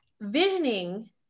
visioning